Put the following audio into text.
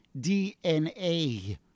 DNA